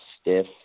stiff